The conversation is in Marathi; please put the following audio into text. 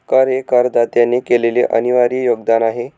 कर हे करदात्याने केलेले अनिर्वाय योगदान आहे